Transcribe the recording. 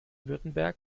württemberg